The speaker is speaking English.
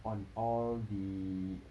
on all the